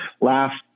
last